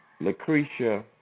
Lucretia